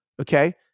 okay